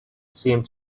seemed